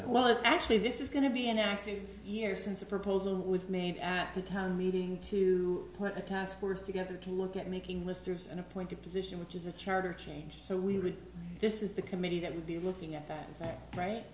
was actually this is going to be an active year since a proposal was made at the town meeting to put a task force together to look at making lister's an appointed position which is a charter change so we would this is the committee that would be looking at that right right